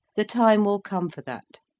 the time will come for that.